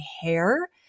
hair